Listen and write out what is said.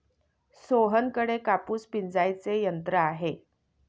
सोहनकडे कापूस पिंजायचे यंत्र आहे